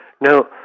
Now